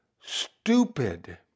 stupid